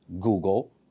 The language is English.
Google